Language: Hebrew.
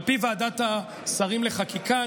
על פי ועדת השרים לחקיקה,